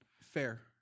Fair